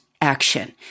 action